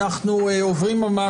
הישיבה נעולה.